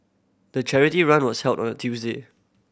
the charity run was held on a Tuesday